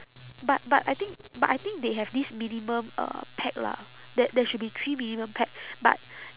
but but I think but I think they have this minimum uh pax lah there there should be three minimum pax but